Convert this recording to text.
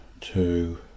two